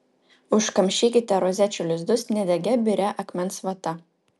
užkamšykite rozečių lizdus nedegia biria akmens vata